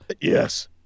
Yes